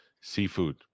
Seafood